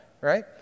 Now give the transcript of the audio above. right